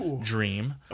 dream